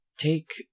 take